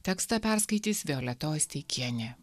tekstą perskaitys violeta osteikienė